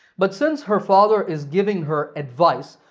but since her father is giving her advice,